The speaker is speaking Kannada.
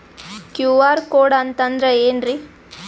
ಕ್ಯೂ.ಆರ್ ಕೋಡ್ ಅಂತಂದ್ರ ಏನ್ರೀ?